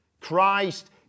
Christ